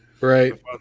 Right